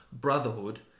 Brotherhood